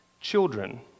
children